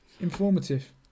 Informative